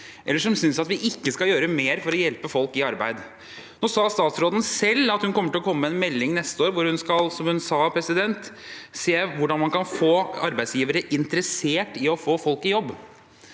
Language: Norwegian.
eller som synes at vi ikke skal gjøre mer for å hjelpe folk i arbeid. Nå sa statsråden selv at hun vil komme med en melding neste år, hvor hun, som hun sa, skal se på hvordan man kan få arbeidsgivere interessert i å få folk i jobb.